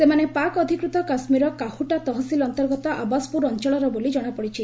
ସେମାନେ ପାକ୍ ଅଧିକୃତ କାଶ୍ୱୀରର କାହୁଟା ତହସିଲ ଅନ୍ତର୍ଗତ ଅବାସ୍ପୁର ଅଞ୍ଚଳର ବୋଲି ଜଣାପଡ଼ିଛି